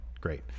Great